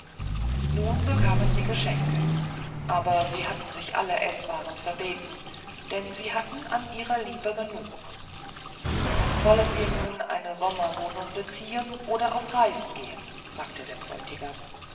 nun bekamen sie geschenke aber sie hatten sich alle eßwaren verbeten denn sie hatten an ihrer liebe genug wollen wir nun eine sommerwohnung beziehen oder auf reisen gehen fragte der bräutigam